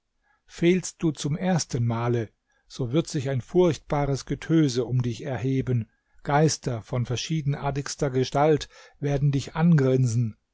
fehlst du zum ersten male so wird sich ein furchtbares getöse um dich erheben geister von verschiedenartigster gestalt werden dich angrinsen